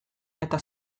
eta